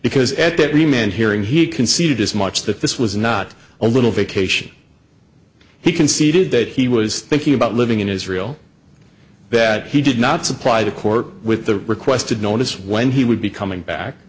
because at that remained hearing he conceded as much that this was not a little vacation he conceded that he was thinking about living in israel that he did not supply the court with the requested notice when he would be coming back